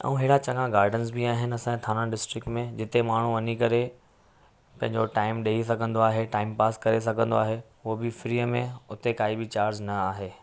ऐं अहिड़ा चङा गार्डन्स बि आहिनि असांजे ठाणे डिस्ट्रिक्ट में जिते माण्हू वञी करे पंहिंजो टाइम ॾेई सघंदो आहे टाइम पास करे सघंदो आहे उहो बि फ्रीअ में उते काई बि चार्ज न आहे